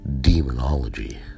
demonology